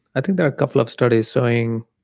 i think there are a couple of studies showing